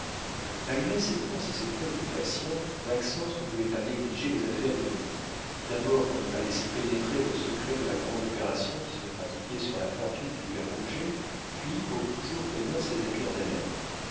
malgré ses courses et ses préoccupations maxence ne voulait pas négliger les affaires de nuit d'abord pour ne pas laisser pénétrer le secret de la grande opération qui se pratiquait sur la fortune du père rouget puis pour toujours tenir ses amis en haleine